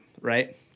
right